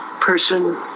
person